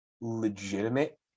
legitimate